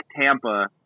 Tampa